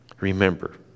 Remember